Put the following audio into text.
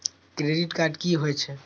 Credit card की होय छै?